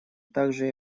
также